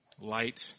Light